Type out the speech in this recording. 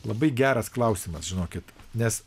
labai geras klausimas žinokit nes